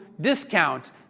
discount